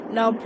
Now